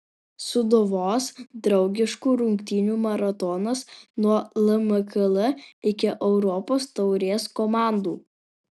sūduvos draugiškų rungtynių maratonas nuo lmkl iki europos taurės komandų